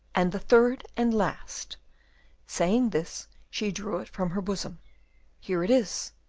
and the third and last saying this, she drew it from her bosom here it is,